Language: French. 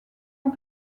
ans